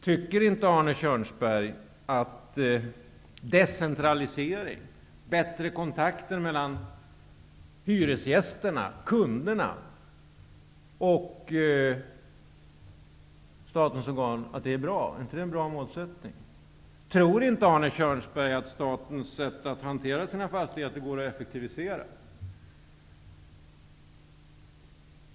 Tycker inte Arne Kjörnsberg att decentralisering och bättre kontakter mellan hyresgästerna/kunderna och statens organ är någonting bra? Är inte det en bra målsättning? Tror inte Arne Kjörnsberg att statens sätt att hantera sina fastigheter går att effektivisera?